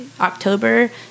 October